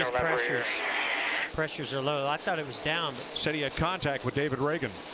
ah pressures pressures are low. i thought it was down. said he had contact with david ragan.